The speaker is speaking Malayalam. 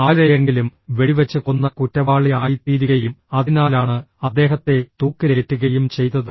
ആരെയെങ്കിലും വെടിവച്ച് കൊന്ന കുറ്റവാളി ആയിത്തീരുകയും അതിനാലാണ് അദ്ദേഹത്തെ തൂക്കിലേറ്റുകയും ചെയ്തത്